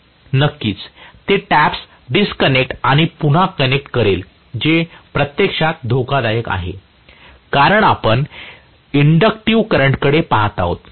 नक्कीच ते taps disconnect आणि पुन्हा कनेक्ट करेल जे प्रत्यक्षात धोकादायक आहे कारण आपण इंडक्टिव्ह करंट कडे पहात आहात